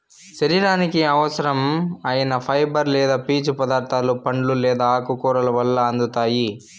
శరీరానికి అవసరం ఐన ఫైబర్ లేదా పీచు పదార్థాలు పండ్లు లేదా ఆకుకూరల వల్ల అందుతాయి